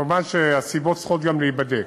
כמובן, הסיבות צריכות גם להיבדק,